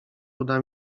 uda